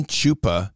Chupa